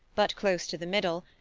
but close to the middle,